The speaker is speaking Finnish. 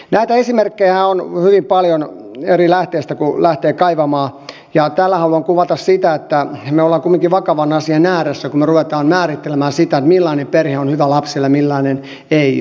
näitä esimerkkejähän on hyvin paljon kun eri lähteistä lähtee kaivamaan ja tällä haluan kuvata sitä että me olemme kuitenkin vakavan asian ääressä kun me rupeamme määrittelemään sitä millainen perhe on hyvä lapselle ja millainen ei ole